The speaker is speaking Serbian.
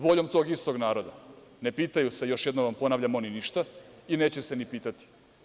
Voljom tog istog naroda ne pitaju se, još jednom vam ponavljam, oni ništa i neće se ni pitati.